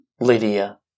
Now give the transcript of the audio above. Lydia